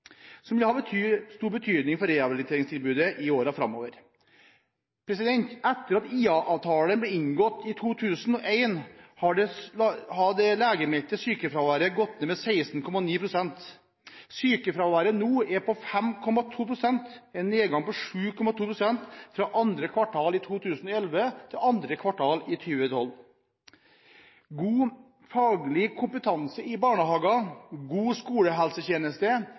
vil ha stor betydning for rehabiliteringstilbudet i årene framover. Etter at IA-avtalen ble inngått i 2001 har det legemeldte sykefraværet gått ned med 16,9 pst. Sykefraværet er nå på 5,2 pst. – en nedgang på 7,2 pst. fra andre kvartal i 2011 til andre kvartal i 2012. God faglig kompetanse i barnehager, god skolehelsetjeneste,